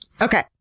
Okay